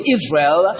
Israel